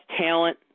talent